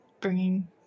bringing